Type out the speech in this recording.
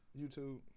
YouTube